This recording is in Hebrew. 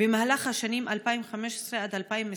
2. במהלך השנים 2015 2020,